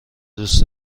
دوست